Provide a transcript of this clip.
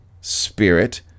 Spirit